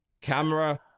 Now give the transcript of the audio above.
camera